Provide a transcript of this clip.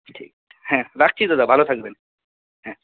হ্যাঁ রাখছি দাদা ভালো থাকবেন হ্যাঁ